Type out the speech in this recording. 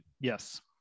yes